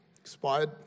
expired